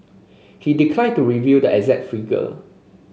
he declined to reveal the exact figure